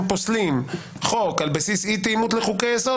פוסלים חוק על בסיס אי-תאימות לחוקי יסוד,